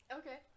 okay